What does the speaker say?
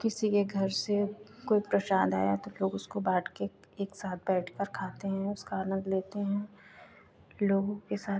किसी के घर से कोई प्रसाद आया तो लोग उसको बाँटकर एकसाथ बैठकर खाते हैं उसका आनन्द लेते हैं लोगों के साथ